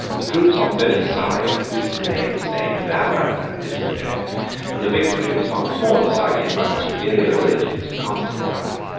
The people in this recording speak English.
the troops on both sides displayed the same valor and discipline and the victory was once more decided by the superior abilities of constantine,